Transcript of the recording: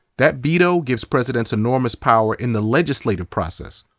that veto gives presidents enormous power in the legislative process,